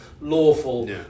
lawful